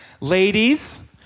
Ladies